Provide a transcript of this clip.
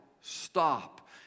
Stop